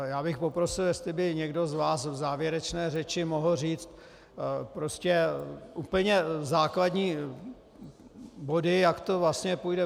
Já bych poprosil, jestli by někdo z vás v závěrečné řeči mohl říct úplně základní body, jak to vlastně půjde.